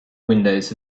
windows